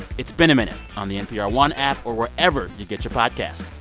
it's been a minute on the npr one app or wherever you get your podcasts.